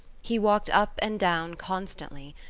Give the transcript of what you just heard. he walked up and down constantly,